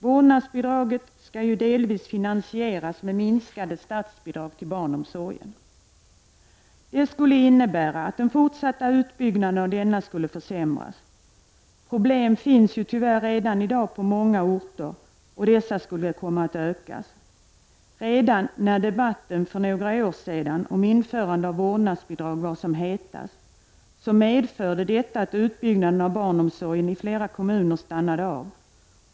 Vårdnadsbidraget skall ju delvis finansieras genom minskade statsbidrag till barnomsorgen. Detta skulle innebära att möjligheterna för den fortsatta utbyggnaden av barnomsorgen skulle försämras. Problem finns tyvärr redan i dag på många orter, och de skulle förvärras. Redan när debatten om införande av vårdnadsbidrag för några år sedan var som hetast, medförde detta att utbyggnaden av barnomsorgen i flera kommuner stannade av.